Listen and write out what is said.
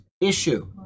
Issue